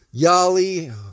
yali